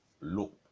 look